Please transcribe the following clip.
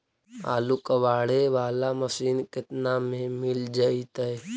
आलू कबाड़े बाला मशीन केतना में मिल जइतै?